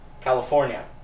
California